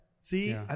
See